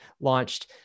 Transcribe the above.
launched